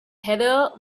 heather